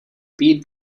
beat